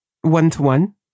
one-to-one